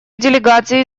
делегации